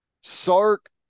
Sark